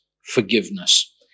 forgiveness